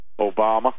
Obama